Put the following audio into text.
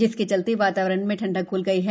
जिसके चलते वातावरण में ठंडक घ्ल गई है